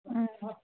অঁ